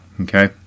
okay